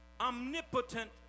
omnipotent